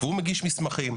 והוא מגיש מסמכים.